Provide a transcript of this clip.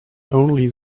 only